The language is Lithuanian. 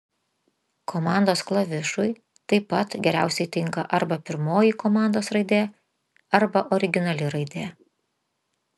komandos klavišui taip pat geriausiai tinka arba pirmoji komandos raidė arba originali raidė